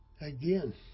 Again